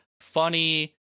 funny